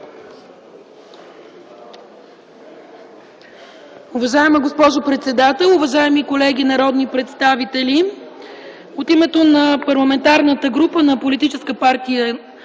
Уважаема госпожо председател, уважаеми колеги народни представители! От името на Парламентарната група на Политическа партия